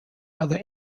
other